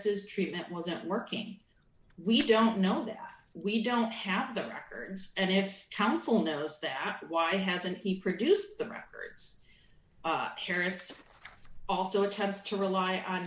harris's treatment wasn't working we don't know that we don't have the records and if counsel knows that why hasn't he produced the records keris also attempts to rely on